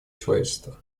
человечества